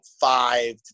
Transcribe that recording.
five